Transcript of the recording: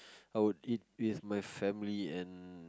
I will eat with my family and